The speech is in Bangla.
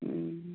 হুম